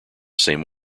same